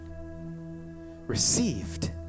received